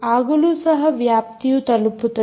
ಆಗಲೂ ಸಹ ವ್ಯಾಪ್ತಿಯು ತಲುಪುತ್ತದೆ